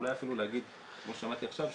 אולי אפילו להגיד כמו ששמעתי עכשיו,